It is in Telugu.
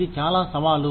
ఇది చాలా సవాలు